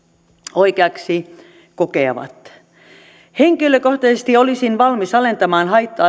oikeaksi kokevat henkilökohtaisesti olisin valmis alentamaan haitta